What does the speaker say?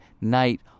night